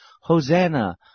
Hosanna